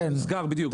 בדיוק,